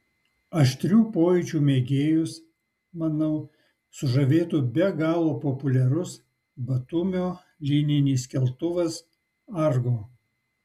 aštrių pojūčių mėgėjus manau sužavėtų be galo populiarus batumio lyninis keltuvas argo